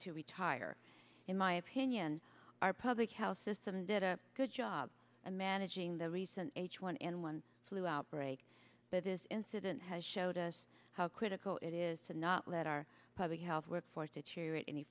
to retire in my opinion our public health system did a good job of managing the recent h one n one flu outbreak but this incident has showed us how critical it is to not let our public health workforce to chair it any